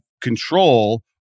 control